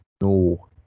no